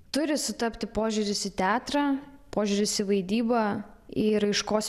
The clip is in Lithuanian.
turi sutapti požiūris į teatrą požiūris į vaidybą į raiškos